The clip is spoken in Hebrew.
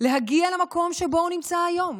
להגיע למקום שבו הוא נמצא היום.